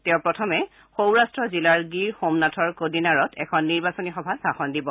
তেওঁ প্ৰথমে সৌৰাট্ট জিলাৰ গিৰ সোমনাথৰ কডিনাৰত এখন নিৰ্বাচনী সভাত ভাষণ দিব